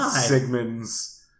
Sigmund's